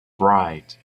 bright